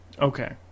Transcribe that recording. Okay